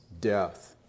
death